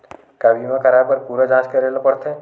का बीमा कराए बर पूरा जांच करेला पड़थे?